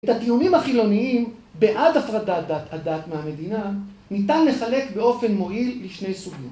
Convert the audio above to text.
את הטיעונים החילוניים בעד הפרדת הדת מהמדינה ניתן לחלק באופן מועיל לשני סוגים.